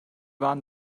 waren